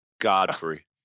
Godfrey